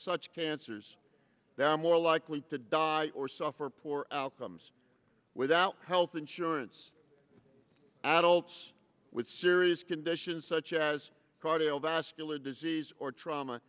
such cancers they are more likely to die or suffer poor outcomes without health insurance adults with serious conditions such as cardiovascular disease or trauma